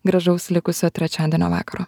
gražaus likusio trečiadienio vakaro